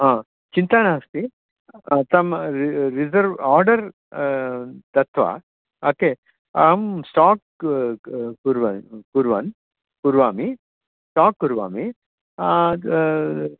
हा चिन्ता नास्ति तं रिसर्व् आर्डर् दत्वा ओके अहं स्टाक् कुर्वन् कुर्वन् करोमि स्टाक् कुर्वामि